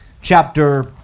chapter